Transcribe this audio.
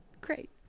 Great